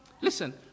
Listen